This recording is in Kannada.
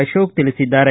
ಅಶೋಕ್ ತಿಳಿಸಿದ್ದಾರೆ